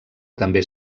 també